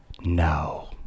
no